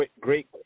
great